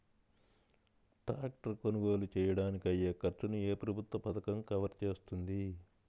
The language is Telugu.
ట్రాక్టర్ కొనుగోలు చేయడానికి అయ్యే ఖర్చును ఏ ప్రభుత్వ పథకం కవర్ చేస్తుంది?